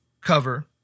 cover